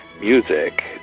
music